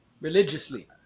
Religiously